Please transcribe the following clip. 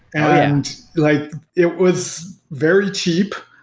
and like it was very cheap,